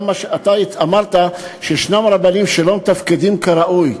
אמרת שישנם רבנים שלא מתפקדים כראוי.